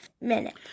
minute